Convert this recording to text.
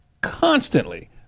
constantly